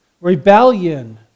rebellion